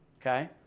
okay